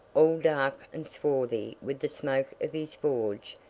all dark and swarthy with the smoke of his forge,